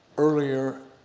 earlier,